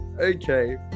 okay